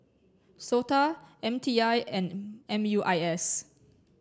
SOTA M T I and M U I S